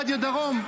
רדיו דרום,